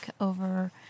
over